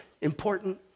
important